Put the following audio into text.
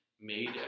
made